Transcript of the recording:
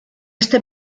este